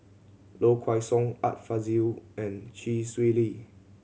Low Kway Song Art Fazil and Chee Swee Lee